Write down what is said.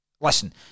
listen